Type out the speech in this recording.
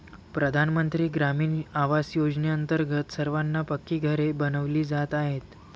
प्रधानमंत्री ग्रामीण आवास योजनेअंतर्गत सर्वांना पक्की घरे बनविली जात आहेत